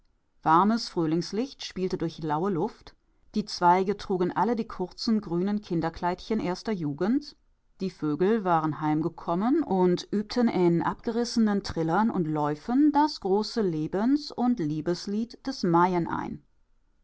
warmes frühlingslicht spielte durch laue luft die zweige trugen alle die kurzen grünen kinderkleidchen erster jugend die vögel waren heimgekommen und übten in abgerissenen trillern und läufen das große lebens und liebeslied des maien ein